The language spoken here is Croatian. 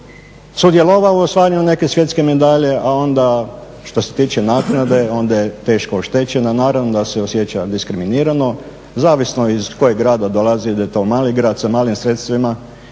sudjelovala u osvajanju neke svjetske medalje, a onda što se tiče naknade onda je teško oštećena. Naravno da se osjeća diskriminirano, zavisno iz kojeg grada dolazi je li to mali grad sa malim sredstvima